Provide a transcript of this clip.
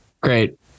Great